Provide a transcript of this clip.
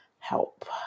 help